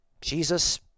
Jesus